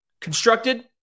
constructed